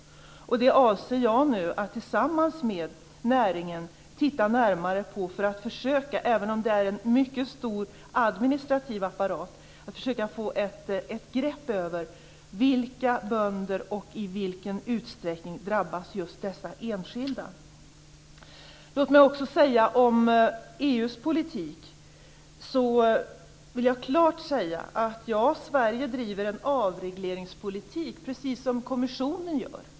Jag avser nu att tillsammans med näringen titta närmare på det här för att - även om det är en mycket stor administrativ apparat - försöka få ett grepp på vilka bönder det gäller och i vilken utsträckning just dessa enskilda drabbas. Låt mig också säga något om EU:s politik. Jag vill klart säga att Sverige driver en avregleringspolitik - precis som kommissionen gör.